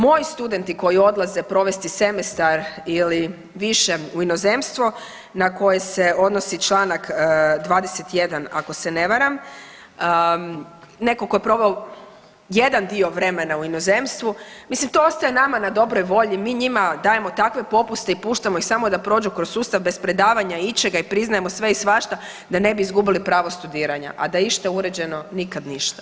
Moji studenti koji odlaze provesti semestar ili više u inozemstvo na koje se odnosi čl. 21, ako se ne varam, netko tko je proveo jedan dio vremena u inozemstvu, mislim to ostaje nama na dobroj volji, mi njima dajemo takve popuste i puštamo ih samo da prođu kroz sustav bez predavanja i ičega i priznajemo sve i svašta da ne bi izgubili pravo studiranja, a da je išta uređeno, nikad ništa.